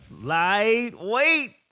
lightweight